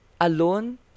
alone